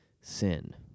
sin